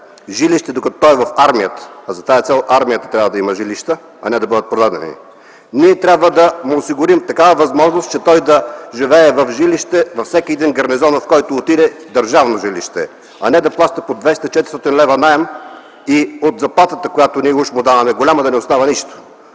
жилище, докато е в армията. За тази цел армията трябва да има жилища, а не те да бъдат продадени. Ние трябва да му осигурим такава възможност, че той да живее в жилище във всеки гарнизон, в който отиде, и то държавно жилище, а не да плаща по 200-400 лв. наем и от голямата заплата, която ние му даваме, да не остава нищо.